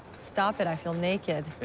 stop it. i feel naked.